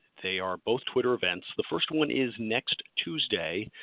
they are both twitter events. the first one is next tuesday,